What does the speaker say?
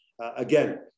Again